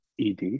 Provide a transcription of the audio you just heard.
ED